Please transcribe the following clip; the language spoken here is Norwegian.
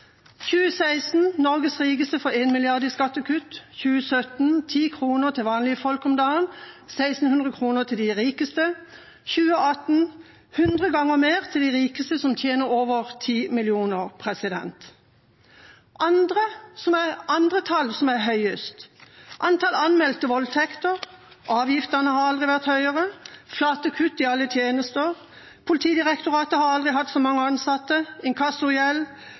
2016: «Norges rikeste får en milliard» i skattekutt ti kroner dagen » til vanlige folk, « 1600 kroner » til de rikeste 2018: «Hundre ganger mer » til de rikeste, « som tjener over 10 millioner kroner» Andre tall som er høyest: antall anmeldte voldtekter. Og videre: Avgiftene har aldri vært høyere. Det er flate kutt i alle tjenester. Politidirektoratet har aldri hatt så mange ansatte.